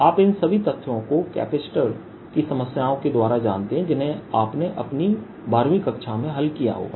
आप इन सभी तथ्यों को कैपेसिटर की समस्याओं के द्वारा जानते हैं जिन्हें आपने अपनी 12 वीं कक्षा में हल किया होगा